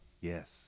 Yes